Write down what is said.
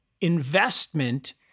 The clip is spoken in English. investment